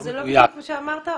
זה לא כמו שאמרת?